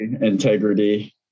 Integrity